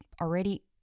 already